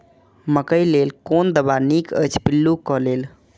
मकैय लेल कोन दवा निक अछि पिल्लू क लेल?